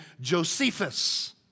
Josephus